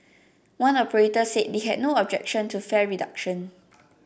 one operator said they have no objection to fare reduction